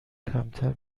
کمتر